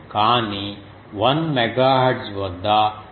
6 డిగ్రీల విషయం కానీ 1MHz వద్ద